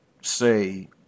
say